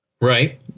Right